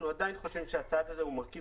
אנחנו עדיין חושבים שהצעד הזה הוא מרכיב